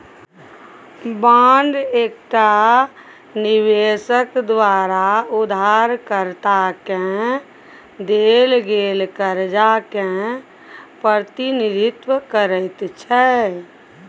bond एकटा निबेशक द्वारा उधारकर्ता केँ देल गेल करजा केँ प्रतिनिधित्व करैत छै